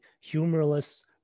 humorless